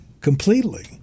completely